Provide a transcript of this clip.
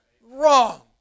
Wrong